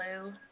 blue